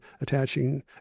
attaching